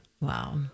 Wow